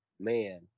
man